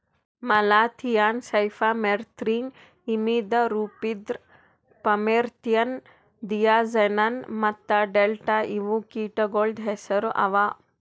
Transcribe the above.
malathion, cypermethrin, imidacloprid, permethrin, diazinon ಮತ್ತ delta ಇವು ಕೀಟಗೊಳ್ದು ಹೆಸುರ್ ಅವಾ